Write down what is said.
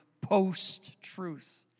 post-truth